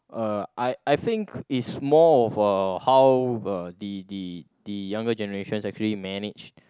uh I I think is more of uh how uh the the the younger generations actually manage